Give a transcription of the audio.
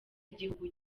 igihugu